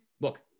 Look